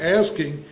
asking